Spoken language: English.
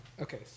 Okay